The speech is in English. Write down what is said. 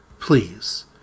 Please